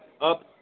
up